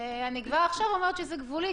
אני כבר עכשיו אומרת שזה גבולי,